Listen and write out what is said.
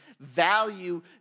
value